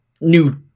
new